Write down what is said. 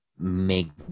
make